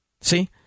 See